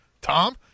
Tom